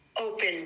open